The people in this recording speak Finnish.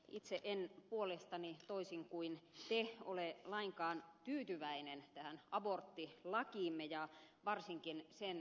itse en puolestani toisin kuin te ole lainkaan tyytyväinen tähän aborttilakiimme ja varsinkaan sen soveltamiseen